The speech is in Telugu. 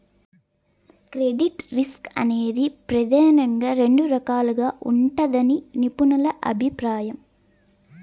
క్రెడిట్ రిస్క్ అనేది ప్రెదానంగా రెండు రకాలుగా ఉంటదని నిపుణుల అభిప్రాయం